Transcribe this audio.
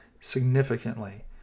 significantly